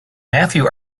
matthew